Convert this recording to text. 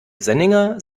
senninger